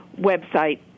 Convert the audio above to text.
website